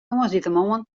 tongersdeitemoarn